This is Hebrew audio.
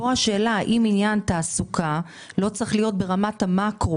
והשאלה פה היא האם העניין של התעסוקה לא צריך להיות ברמת המאקרו.